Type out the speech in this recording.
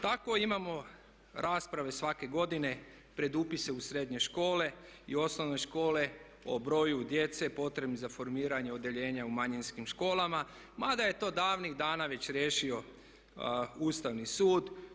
Tako imamo rasprave svake godine pred upise u srednje škole i osnovne škole o broju djece potrebnih za formiranje odjeljenja u manjinskim školama mada je to davnih dana već riješio Ustavni sud.